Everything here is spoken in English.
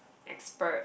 expert